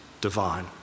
divine